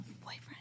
boyfriend